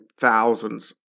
thousands